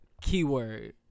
Keyword